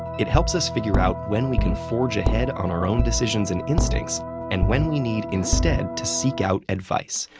it helps us figure out when we can forge ahead on our own decisions and instincts and when we need, instead, to seek out advice.